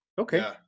Okay